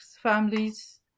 families